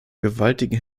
gewaltigen